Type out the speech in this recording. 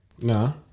No